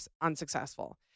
unsuccessful